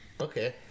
Okay